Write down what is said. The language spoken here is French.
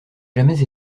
jamais